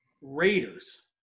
Raiders